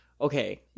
Okay